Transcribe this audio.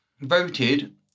voted